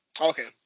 Okay